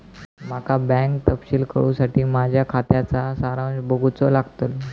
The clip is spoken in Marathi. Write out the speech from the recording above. माका बँक तपशील कळूसाठी माझ्या खात्याचा सारांश बघूचो लागतलो